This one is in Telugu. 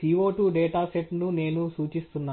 CO2 డేటా సెట్ను నేను సూచిస్తున్నాను